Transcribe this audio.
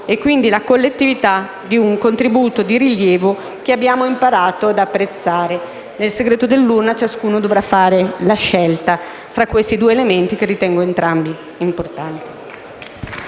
e quindi la collettività di un contributo di rilievo che abbiamo imparato ad apprezzare. Nel segreto del voto ciascuno dovrà fare la scelta tra questi due elementi, entrambi importanti.